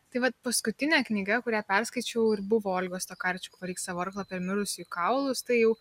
tai vat paskutinė knyga kurią perskaičiau ir buvo olgos tokarčiuk varyk savo arklą per mirusiųjų kaulus tai jau